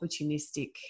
opportunistic